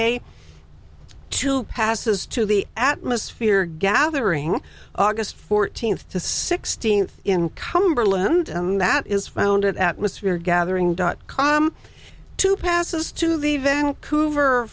a two passes to the atmosphere gathering aug fourteenth to sixteenth in cumberland that is founded atmosphere gathering dot com two passes to the vancouver